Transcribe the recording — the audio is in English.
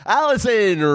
Allison